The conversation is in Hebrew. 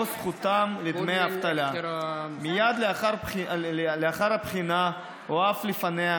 זכותם לדמי אבטלה מייד לאחר הבחינה או אף לפניה,